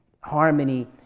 harmony